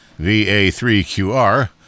VA3QR